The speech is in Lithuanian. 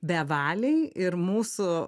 bevaliai ir mūsų